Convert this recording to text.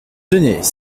tenez